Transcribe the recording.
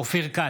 אופיר כץ,